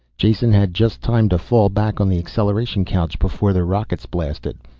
jason had just time to fall back on the acceleration couch before the rockets blasted.